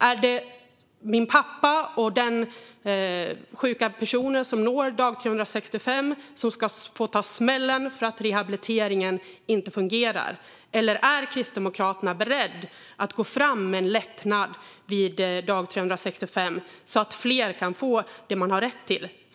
Är det min pappa och de sjuka personer som når dag 365 som ska ta smällen för att rehabiliteringen inte fungerar, eller är Kristdemokraterna beredda att gå fram med en lättnad vid dag 365 så att fler kan få det som de har rätt till?